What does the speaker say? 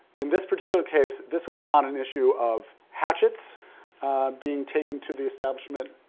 in this particular case, this was not an issue of hatchets being taken to the establishment,